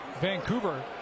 Vancouver